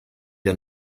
der